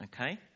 okay